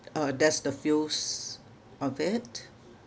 uh that's the fews of it